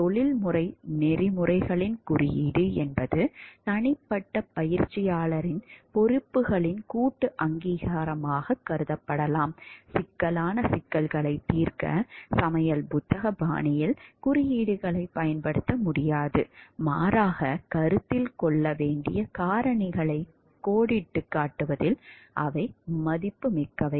தொழில்முறை நெறிமுறைகளின் குறியீடு என்பது தனிப்பட்ட பயிற்சியாளரின் பொறுப்புகளின் கூட்டு அங்கீகாரமாக கருதப்படலாம் சிக்கலான சிக்கல்களைத் தீர்க்க சமையல் புத்தக பாணியில் குறியீடுகளைப் பயன்படுத்த முடியாது மாறாக கருத்தில் கொள்ள வேண்டிய காரணிகளைக் கோடிட்டுக் காட்டுவதில் அவை மதிப்புமிக்கவை